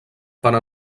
per